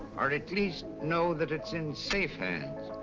or at least know that it's in safe hands.